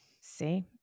See